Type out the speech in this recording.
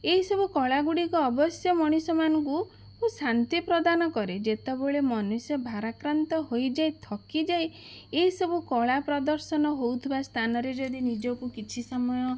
ଏଇସବୁ କଳା ଗୁଡ଼ିକ ଅବଶ୍ୟ ମଣିଷ ମାନଙ୍କୁ ଭଲ ଶାନ୍ତି ପ୍ରଦାନ କରେ ଯେତେବେଳେ ମନୁଷ୍ୟ ଭାରାକ୍ରାନ୍ତ ହୋଇଯାଏ ଥକି ଯାଇ ଏଇସବୁ କଳା ପ୍ରଦର୍ଶନ ହେଉଥିବା ସ୍ଥାନରେ ଯଦି ନିଜକୁ କିଛି ସମୟ